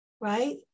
right